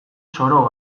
zoro